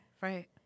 right